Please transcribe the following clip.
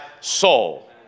soul